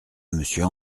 monsieur